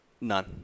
None